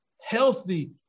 healthy